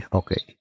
okay